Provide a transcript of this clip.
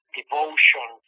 devotion